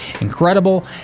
incredible